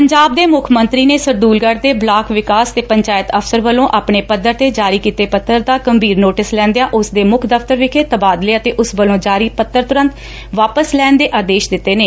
ਪੰਜਾਬ ਦੇ ਮੁੱਖ ਮੰਤਰੀ ਨੇ ਸਰਦੁਲਗੜ ਦੇ ਬਲਾਕ ਵਿਕਾਸ ਤੇ ਪੰਚਾਇਤ ਅਫ਼ਸਰ ਵੱਲੋ ਆਪਣੇ ਪੱਧਰ ਤੇ ਜਾਰੀ ਕੀਤੇ ਪੱਤਰ ਦਾ ਗੰਭੀਰ ਨੋਟਿਸ ਲੈਂਦਿਆਂ ਉਸ ਦੇ ਮੁੱਖ ਦਫ਼ਤਰ ਵਿਖੇ ਤਬਾਦਲੇ ਅਤੇ ਉਸ ਵੱਲੋਂ ਜਾਰੀ ਪੱਤਰ ਤੁਰੰਤ ਵਾਪਸ ਲੈਣ ਦੇ ਆਦੇਸ਼ ਦਿੱਤੇ ਨੇ